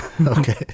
Okay